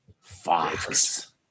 Fox